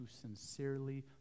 sincerely